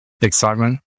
Excitement